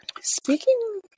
Speaking